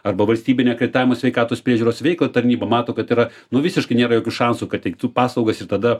arba valstybinė akreditavimo sveikatos priežiūros veiklą tarnyba mato kad yra nu visiškai nėra jokių šansų kad teiktų paslaugas ir tada